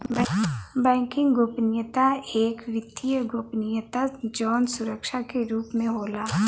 banking गोपनीयता एक वित्तीय गोपनीयता जौन सुरक्षा के रूप में होला